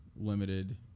limited